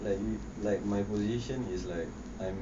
like um like my position is like I'm